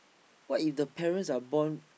what if the parents are born